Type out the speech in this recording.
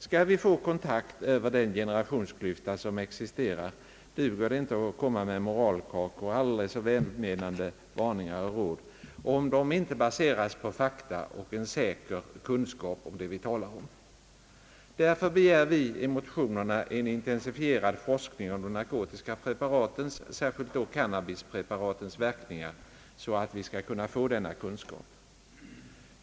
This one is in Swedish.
Skall vi få kontakt över den generationsklyfta som existerar, duger det inte att komma med moralkakor och aldrig så välmenade varningar och råd, om de inte baseras på fakta och en säker kunskap om det vi talar om. Därför begär vi i motionerna en intensifierad forskning om de narkotiska preparatens, särskilt cannabispreparatens, verkningar så att vi skall få denna kunskap.